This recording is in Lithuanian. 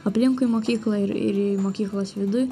aplinkui mokyklą ir ir į mokyklos vidų